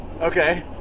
Okay